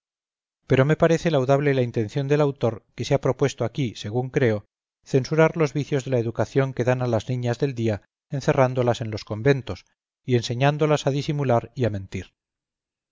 pero me parece laudable la intención del autor que se ha propuesto aquí según creo censurar los vicios de la educación que dan a las niñas del día encerrándolas en los conventos y enseñándolas a disimular y a mentir